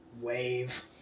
Wave